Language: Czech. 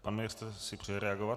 Pan ministr si přeje reagovat?